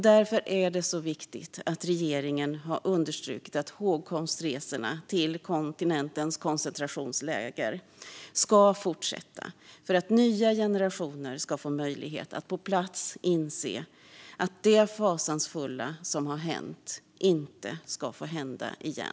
Därför är det så viktigt att regeringen understrukit att hågkomstresorna till kontinentens koncentrationsläger ska fortsätta för att nya generationer ska få möjlighet att på plats inse att det fasansfulla som hänt inte ska få hända igen.